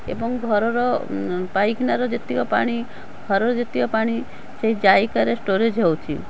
ଏବଂ ଘରର ପାଇଖାନାର ଯେତିକି ପାଣି ଘରର ଯେତିକି ପାଣି ସେଇ ଜାଇକାରେ ଷ୍ଟୋରେଜ୍ ହେଉଛି